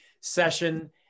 session